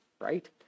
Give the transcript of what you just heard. right